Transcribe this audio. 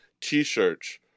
T-shirts